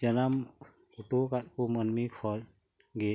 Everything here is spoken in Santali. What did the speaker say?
ᱡᱟᱱᱟᱢ ᱩᱴᱩᱠᱟᱫ ᱠᱚ ᱢᱟ ᱱᱢᱤ ᱠᱷᱚᱡ ᱜᱮ